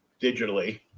digitally